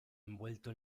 envuelto